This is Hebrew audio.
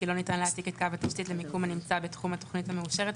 כי לא ניתן להעתיק את קו התשתית למיקום הנמצא בתחום התוכנית המאושרת,